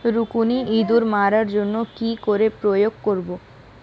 রুকুনি ইঁদুর মারার জন্য কি করে প্রয়োগ করব?